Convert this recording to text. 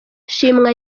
shimwa